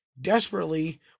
desperately